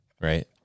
right